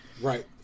right